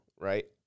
right